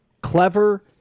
Clever